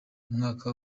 umwaka